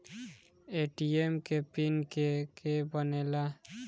ATM के PIN के के बनेला?